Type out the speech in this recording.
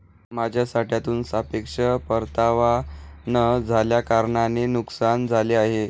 माझ्या साठ्यातून सापेक्ष परतावा न झाल्याकारणाने नुकसान झाले आहे